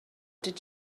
did